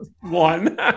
One